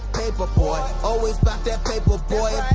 paper boi, always about that paper, boy.